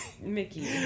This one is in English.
Mickey